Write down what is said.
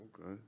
Okay